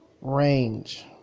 range